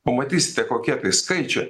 pamatysite kokie tai skaičiai